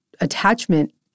attachment